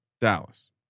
Dallas